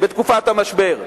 בתקופת המשבר.